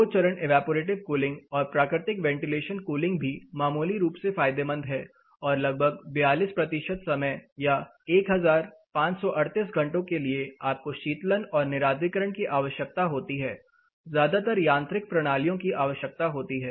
दो चरण evaporative cooling और प्राकृतिक वेंटिलेशन कूलिंग भी मामूली रूप से फायदेमंद है और लगभग 42 प्रतिशत समय या 1538 घंटों के लिए आपको शीतलन और निरार्द्रीकरण की आवश्यकता होती है ज्यादातर यांत्रिक प्रणालियों की आवश्यकता होती है